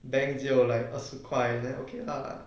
bank 只有 like 二十块 then okay lah